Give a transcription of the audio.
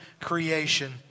creation